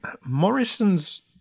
Morrison's